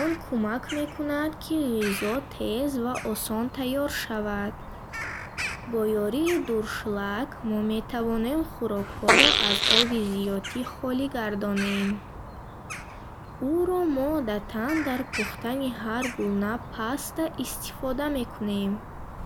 Он кӯмак мекунад, ки ғизо тез ва осон тайёр шавад. Бо ёрии дуршлаг мо метавонем хӯрокҳоро аз оби зиетӣ холӣ гардонем. Ӯро мо одаттан дар пухтани ҳар гуна паста истифода мекунем.